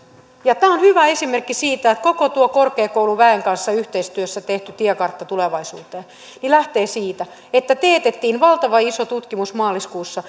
tämä on hyvä esimerkki siitä että koko tuo korkeakouluväen kanssa yhteistyössä tehty tiekartta tulevaisuuteen lähtee siitä että teetettiin maaliskuussa valtavan iso tutkimus